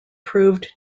proved